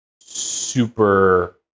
super